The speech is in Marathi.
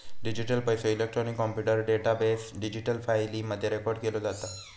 डिजीटल पैसो, इलेक्ट्रॉनिक कॉम्प्युटर डेटाबेस, डिजिटल फाईली मध्ये रेकॉर्ड केलो जाता